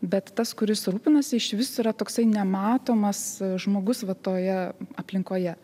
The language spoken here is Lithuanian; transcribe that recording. bet tas kuris rūpinasi išvis yra toksai nematomas žmogus va toje aplinkoje